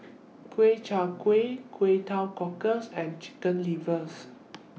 Ku Chai Kueh Kway Teow Cockles and Chicken livers